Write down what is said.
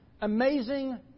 amazing